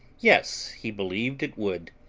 yes, he believed it would.